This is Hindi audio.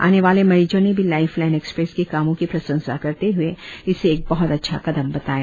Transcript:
आने वाले मरीजों ने भी लाईफ लाईन एक्सप्रेस के कामों की प्रशंसा करते हुए इसे एक बहुत अच्छा कदम बताया